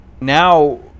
now